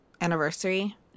anniversary